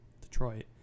Detroit